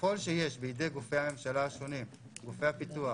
ככל שיש בידי גופי הממשלה השונים, גופי הפיתוח,